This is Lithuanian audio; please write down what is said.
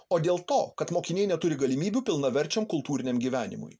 o dėl to kad mokiniai neturi galimybių pilnaverčiam kultūriniam gyvenimui